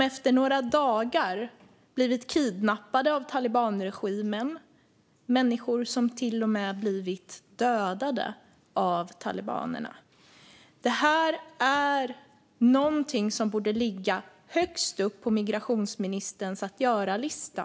Efter några dagar har de blivit kidnappade av talibanregimen. Det finns människor som till och med blivit dödade av talibanerna. Det här är något som borde ligga högst upp på migrationsministerns att-göra-lista.